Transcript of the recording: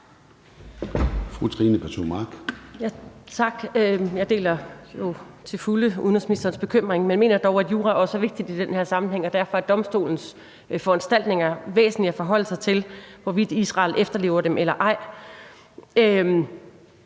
Tak. Jeg deler til fulde udenrigsministerens bekymring, men mener dog, jura også er vigtigt i den her sammenhæng, og derfor er domstolens foranstaltninger væsentlige at forholde sig til, i forhold til hvorvidt Israel efterlever dem eller ej.